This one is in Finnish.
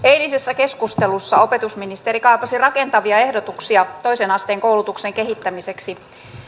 eilisessä keskustelussa opetusministeri kaipasi rakentavia ehdotuksia toisen asteen koulutuksen kehittämiseksi